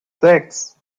sechs